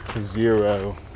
Zero